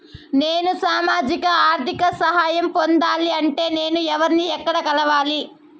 నేను సామాజిక ఆర్థిక సహాయం పొందాలి అంటే నేను ఎవర్ని ఎక్కడ కలవాలి?